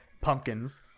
pumpkins